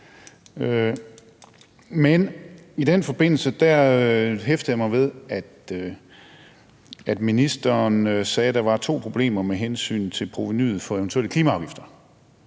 I den forbindelse hæftede jeg mig ved, at ministeren sagde, at der var to problemer med hensyn til provenuet for eventuelle klimaafgifter.